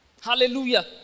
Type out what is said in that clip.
Hallelujah